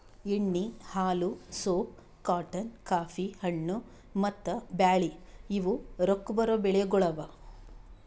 ಎಣ್ಣಿ, ಹಾಲು, soap, cotton, coffee, ಹಣ್ಣು, ಮತ್ತ ಬ್ಯಾಳಿ ಇವು ರೊಕ್ಕಾ ಬರೋ ಬೆಳಿಗೊಳ್ ಅವಾ